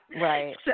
right